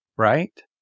right